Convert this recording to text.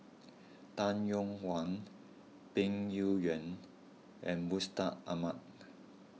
Tay Yong Kwang Peng Yuyun and Mustaq Ahmad